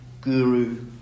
guru